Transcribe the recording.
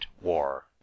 war